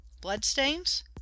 Bloodstains